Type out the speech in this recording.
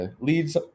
leads